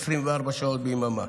24 שעות ביממה.